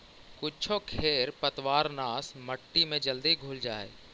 कुछो खेर पतवारनाश मट्टी में जल्दी घुल जा हई